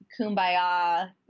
kumbaya